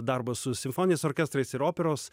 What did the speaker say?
darbą su simfoniniais orkestrais ir operos